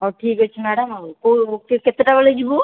ହଉ ଠିକ୍ ଅଛି ମ୍ୟାଡ଼ାମ କେଉଁ କେତେଟା ବେଳେ ଯିବୁ